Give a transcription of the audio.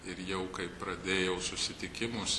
ir jau kai pradėjau susitikimus